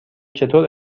چطور